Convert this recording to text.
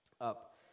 up